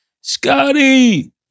Scotty